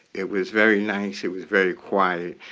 it was very nice. it was very quiet.